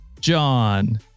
John